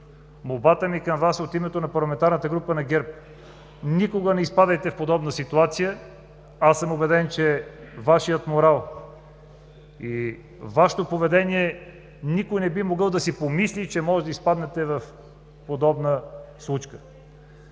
молбата ми към Вас е от името на парламентарната група на ГЕРБ – никога не изпадайте в подобна ситуация. Аз съм убеден, че с Вашия морал и с Вашето поведение никой не би могъл да си помисли, че можете да изпаднете в подобна ситуация.